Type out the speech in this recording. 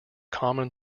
common